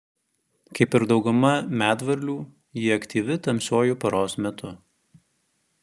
kaip ir dauguma medvarlių ji aktyvi tamsiuoju paros metu